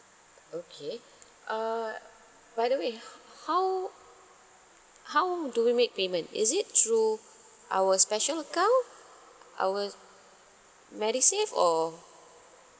okay uh by the way how how do we make payment is it through our special account our medisave or